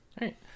right